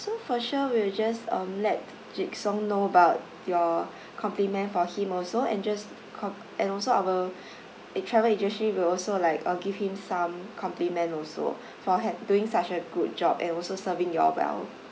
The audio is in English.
so for sure we will just um let jik song know about your compliment for him also and just com~ and also our uh travel agency will also like uh give him some compliment also for had doing such a good job and also serving you all well